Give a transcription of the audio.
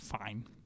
Fine